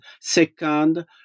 Second